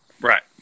Right